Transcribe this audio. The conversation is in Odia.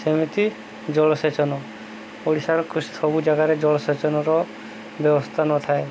ସେମିତି ଜଳସେଚନ ଓଡ଼ିଶାର ସବୁ ଜାଗାରେ ଜଳସେଚନର ବ୍ୟବସ୍ଥା ନଥାଏ